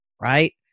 right